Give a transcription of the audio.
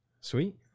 Sweet